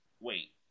wait